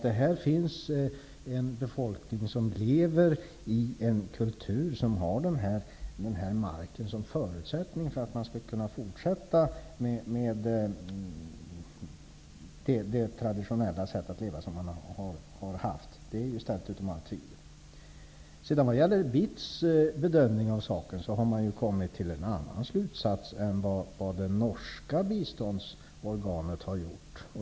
Det finns här en befolkning som lever i en kultur som har den här marken som förutsättning för att den skall kunna fortsätta med sitt traditionella liv. Detta är ställt utom allt tvivel. BITS har i sin bedömning kommit fram till en annan slutsats än det norska biståndsorganet har gjort.